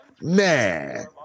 Man